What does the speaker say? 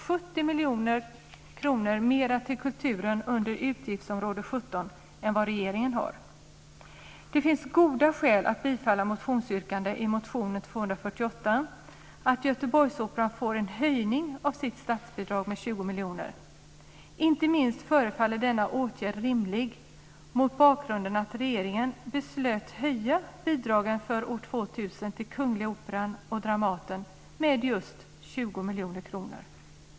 17 än vad regeringen har. Det finns goda skäl att bifalla motionsyrkandet i motion 248 om att Göteborgsoperan får en höjning av sitt statsbidrag med 20 miljoner. Inte minst förefaller denna åtgärd rimlig mot bakgrunden av att regeringen beslutat att höja bidragen för år 2000 till Kungliga Operan och Kungl. Dramatiska teatern med just 20 miljoner kronor.